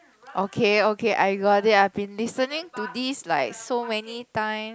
okay okay I got it I've been listening to this like so many time